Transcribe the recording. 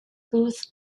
booth